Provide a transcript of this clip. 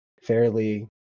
fairly